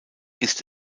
ist